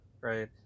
right